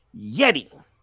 Yeti